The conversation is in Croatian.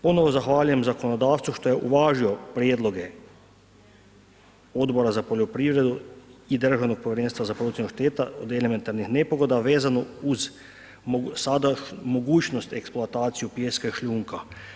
Ponovno zahvaljujem zakonodavstvu što je uvažilo prijedloge Odbora za poljoprivredu i Državnog povjerenstva za procjenu šteta od elementarnih nepogoda a vezano uz sada mogućnost eksploatacije pijeska i šljunka.